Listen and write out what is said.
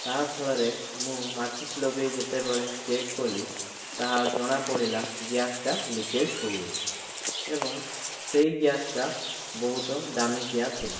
ତା ଫଳରେ ମୁଁ ମାଚିସ୍ ଲଗେଇ ଯେତେବେଳେ ଚେକ୍ କଲି ତାହା ଜଣାପଡ଼ିଲା ଗ୍ୟାସ୍ ଟା ଲିକେଜ୍ ହେଉଅଛି ଏବଂ ସେଇ ଗ୍ୟାସ୍ଟା ବହୁତ ଦାମିକିଆ ଥିଲା